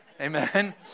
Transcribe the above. Amen